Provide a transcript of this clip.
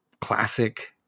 classic